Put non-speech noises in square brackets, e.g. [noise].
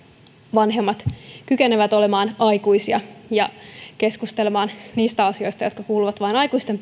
vanhemmat kykenevät olemaan aikuisia ja keskustelemaan siinä yhteydessä niistä asioista jotka kuuluvat vain aikuisten [unintelligible]